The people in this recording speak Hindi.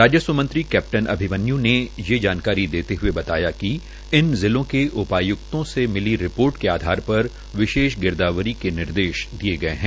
राजस्व मंत्री कैप्टन अभिमन्यू ने ये जानकारी देते हए बताया कि इन जिलों के उपाय्क्तों से मिली रिपोर्ट के आधार पर विशेष गिरदावरी के निर्देश दिये गये है